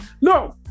No